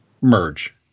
merge